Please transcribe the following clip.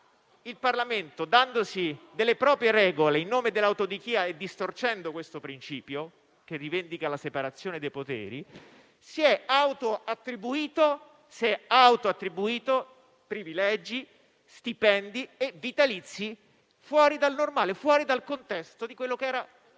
il Parlamento, dandosi delle proprie regole in nome dell'autodichia e distorcendo questo principio, che rivendica la separazione dei poteri, si è auto attribuito privilegi, stipendi e vitalizi fuori dal normale, fuori dal contesto che vivono le persone.